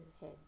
head